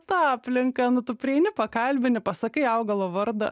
ta aplinka nu tu prieini pakalbini pasakai augalo vardą